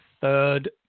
third